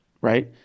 right